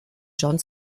john